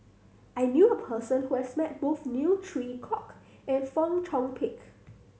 I knew a person who has met both Neo Chwee Kok and Fong Chong Pik